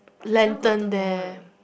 lantern there